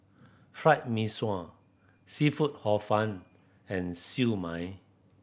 Fried Mee Sua seafood Hor Fun and Siew Mai